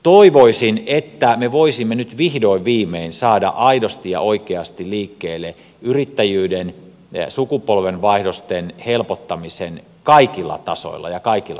toivoisin että me voisimme nyt vihdoin viimein saada aidosti ja oikeasti liikkeelle yrittäjyyden sukupolvenvaihdosten helpottamisen kaikilla tasoilla ja kaikilla tavoilla